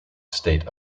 state